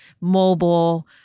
mobile